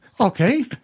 Okay